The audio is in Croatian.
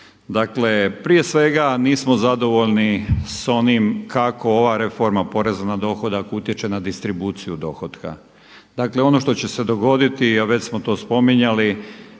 Dakle, prije svega nismo zadovoljni s onim kako ova reforma poreza na dohodak utječe na distribuciju dohotka. Dakle ono što će se dogoditi, a već smo to spominjali